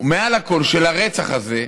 ומעל הכול של הרצח הזה,